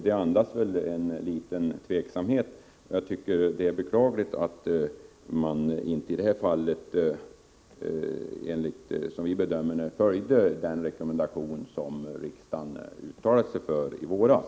Det andas en viss tveksamhet, och jag tycker att det är beklagligt att man i detta fall inte följde den rekommendation som riksdagen uttalade sig för i våras.